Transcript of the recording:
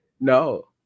no